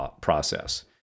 process